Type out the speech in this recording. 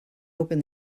open